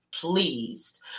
Pleased